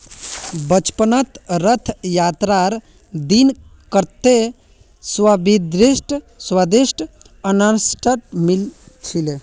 बचपनत रथ यात्रार दिन कत्ते स्वदिष्ट अनन्नास मिल छिले